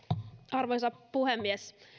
arvoisa puhemies